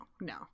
no